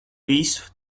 visu